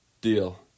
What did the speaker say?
Deal